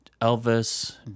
Elvis